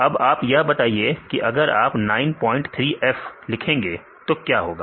अब आप यह बताइए कि अगर आप 93f लिखेंगे तो क्या होगा